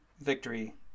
victory